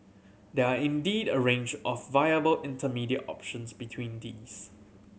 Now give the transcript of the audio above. there are indeed a range of viable intermediate options between these